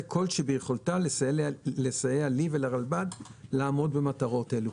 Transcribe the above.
כל שביכולתה לסייע לי ולרלב"ד לעמוד במטרות אלו.